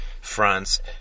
France